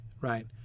right